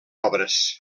obres